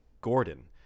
Gordon